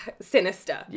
sinister